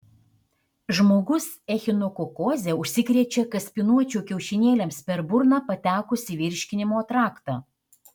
žmogus echinokokoze užsikrečia kaspinuočių kiaušinėliams per burną patekus į virškinimo traktą